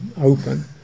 open